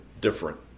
different